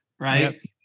right